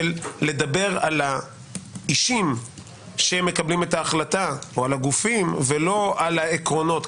של לדבר על האישים שמקבלים את ההחלטה או על הגופים ולא על העקרונות,